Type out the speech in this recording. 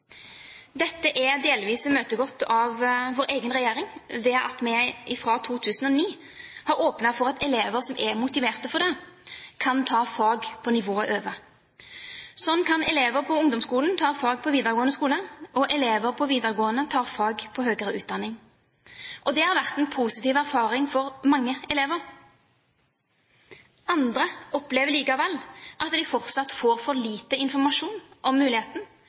Dette er delvis imøtegått av vår egen regjering ved at vi fra 2009 har åpnet for at elever som er motiverte for det, kan ta fag på nivået over. Slik kan elever på ungdomsskolen ta fag på videregående skole og elever på videregående ta fag på høyere utdanning. Det har vært en positiv erfaring for mange elever. Andre opplever likevel at de fortsatt får for lite informasjon om muligheten,